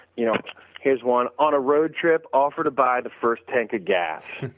you know here's one, on a road trip offer to buy the first tank of gas.